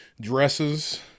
dresses